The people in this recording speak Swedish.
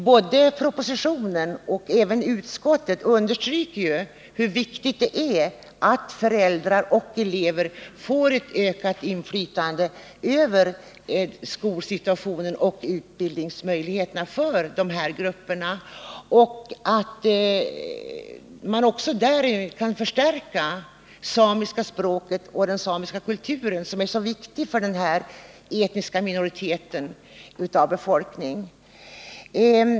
Både i propositionen och i utskottsbetänkandet understryks hur viktigt det är att föräldrar och elever får ett ökat inflytande över skolsituationen och utbildningsmöjligheterna för dessa grupper samt att man förstärker det samiska språket och den samiska kulturen som är så viktiga för denna etniska minoritet av befolkningen.